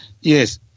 Yes